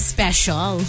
Special